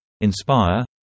inspire